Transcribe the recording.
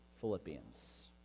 Philippians